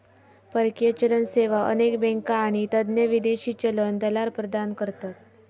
परकीय चलन सेवा अनेक बँका आणि तज्ञ विदेशी चलन दलाल प्रदान करतत